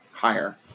higher